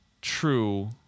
true